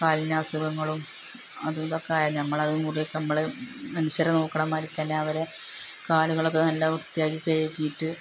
കാലിനസുഖങ്ങളും അതും ഇതക്കെയായാല് നമ്മളതുംകൂടി നമ്മള് മനുഷ്യരെ നോക്കുന്നതുമാതിരി തന്നെ അവരെ കാലുകളൊക്കെ നല്ല വൃത്തിയാക്കി കഴുകിയിട്ട്